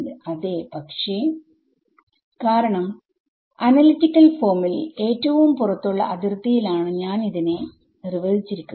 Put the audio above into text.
വിദ്യാർത്ഥി അതെ പക്ഷെ കാരണം അനലിറ്റിക്കൽ ഫോമിൽ ഏറ്റവും പുറത്തുള്ള അതിർത്തി യിൽ ആണ് ഞാൻ അതിനെ നിർവചിച്ചിരിക്കുന്നത്